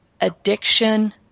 addiction